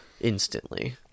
instantly